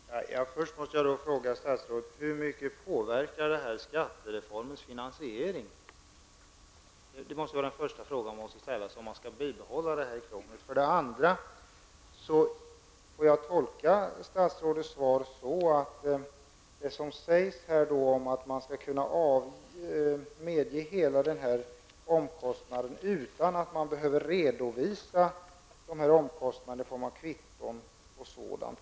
Herr talman! För det första måste jag fråga statsrådet hur mycket detta påverkar skattereformens finansiering. Det måste vara den första fråga man ställer -- om man skall bibehålla krånglet. För det andra: Får jag tolka statsrådets svar så att det som sägs om att man skall kunna medge avdrag för hela omkostnaden betyder att man inte skall behöva redovisa allt i form av kvitton och verifikationer i övrigtdant?